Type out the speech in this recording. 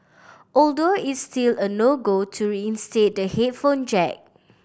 although it's still a no go to reinstate the headphone jack